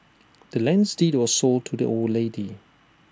the land's deed was sold to the old lady